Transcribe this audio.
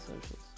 socials